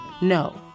no